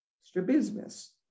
strabismus